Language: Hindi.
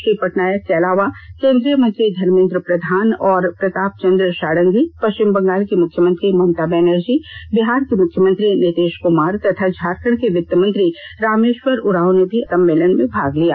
श्री पटनायक के अलावा केन्द्रीय मंत्री धर्मेन्द्र प्रधान और प्रताप चन्द्र षड़ंगी पश्चिम बंगाल की मुख्यमंत्री ममता बनर्जी बिहार के मुख्यमंत्री नीतीश कुमार तथा झारखंड के वित्त मंत्री रामेश्वर उरांव ने भी सम्मेलन में भाग लिया